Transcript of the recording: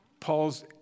Paul's